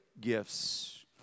gifts